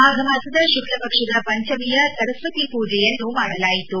ಮಾಫ ಮಾಸದ ಶುಕ್ಲ ಪಕ್ಷದ ಪಂಚಮಿಯ ಸರಸ್ನತಿ ಪೂಜೆಯನ್ನು ಮಾಡಲಾಯಿತು